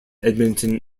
edmonton